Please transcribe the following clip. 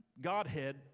Godhead